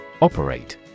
Operate